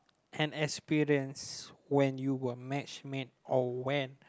an experience when you were matchmade or when